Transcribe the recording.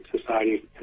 society